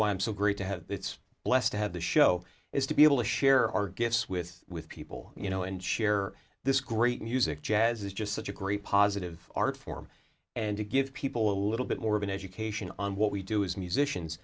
why i'm so great to have it's blessed to have the show is to be able to share our gifts with with people you know and share this great music jazz is just such a great positive art form and to give people a little bit more of an education on what we do is musicians